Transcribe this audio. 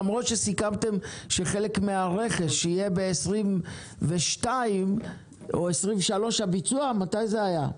למרות שסיכמתם שחלק מהרכש יהיה ב-2022 או 2023 הביצוע מתי זה היה?